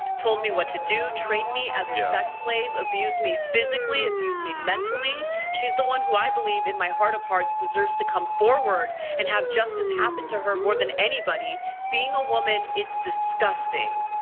told me what to do. trained me as a sex slave abused me physically, abused me mentally. she is the one who i believe in my heart of hearts deserves to come forward and have justice happen to her more than anybody being a woman it's disgusting.